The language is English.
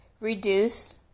reduce